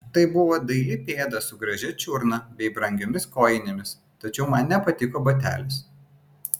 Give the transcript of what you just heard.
tai buvo daili pėda su gražia čiurna bei brangiomis kojinėmis tačiau man nepatiko batelis